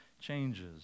changes